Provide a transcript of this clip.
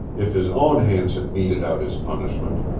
if his own hands had meted out his punishment,